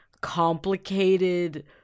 complicated